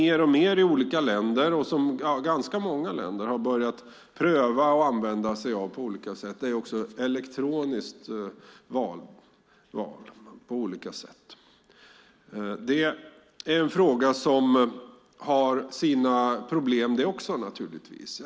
Ganska många länder har börjat med elektronisk röstning, vilket givetvis också har sina problem.